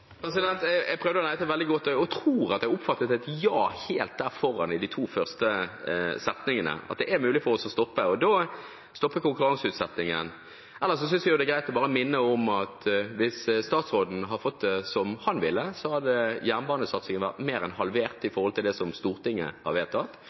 Jeg prøvde å lete veldig godt og tror at jeg oppfattet et ja helt foran i de to første setningene, og at det er mulig for oss å stoppe konkurranseutsettingen. Ellers synes jeg det er greit bare å minne om at hvis statsråden hadde fått det som han ville, hadde jernbanesatsingen vært mer enn halvert i